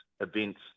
events